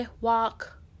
walk